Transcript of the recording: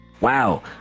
wow